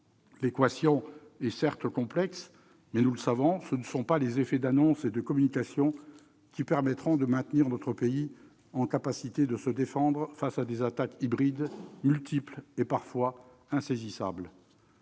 L'équation est certes complexe, mais, nous le savons, ce ne sont pas les effets d'annonce et de communication qui feront que notre pays pourra se défendre face à des attaques hybrides, multiples et parfois insaisissables.